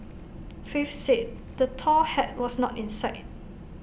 faith said the tall hat was not in sight